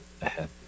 ahead